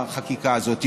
החקיקה הזאת.